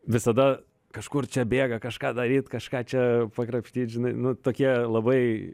visada kažkur čia bėga kažką daryt kažką čia pakrapštyt žinai nu tokie labai